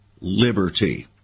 liberty